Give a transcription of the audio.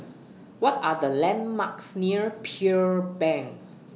What Are The landmarks near Pearl Bank